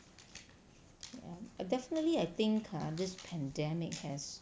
ya definitely I think err this pandemic has